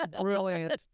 brilliant